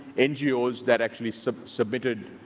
ngos that actually submitted,